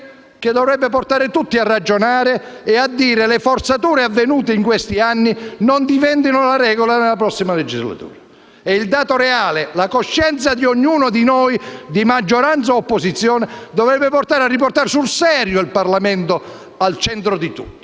che dovrebbe portare tutti a ragionare e a dire che le forzature avvenute in questi anni non devono diventare la regola nella prossima legislatura. La coscienza di ognuno di noi, di maggioranza e di opposizione, dovrebbe condurre a riportare sul serio il Parlamento al centro di tutto